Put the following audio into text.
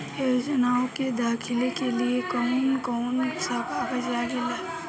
योजनाओ के दाखिले के लिए कौउन कौउन सा कागज लगेला?